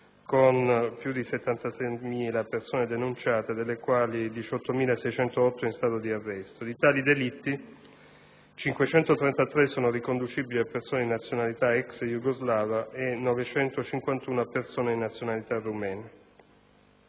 con più di 76.000 persone denunciate, delle quali 18.608 in stato di arresto. Di tali delitti, 533 sono riconducibili a persone di nazionalità ex jugoslava e 951 a persone di nazionalità rumena.